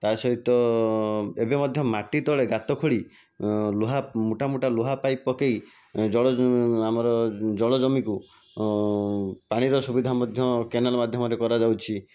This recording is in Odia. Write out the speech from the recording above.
ତା ସହିତ ଏବେ ମଧ୍ୟ ମାଟି ତଳେ ଗାତ ଖୋଳି ଲୁହା ମୋଟା ମୋଟା ଲୁହା ପାଇପ ପକାଇ ଜଳ ଆମର ଜଳ ଜମିକୁ ପାଣିର ସୁବିଧା ମଧ୍ୟ କେନାଲ ମାଧ୍ୟମରେ କରାଯାଉଛି